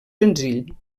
senzill